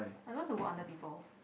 I don't want to work under people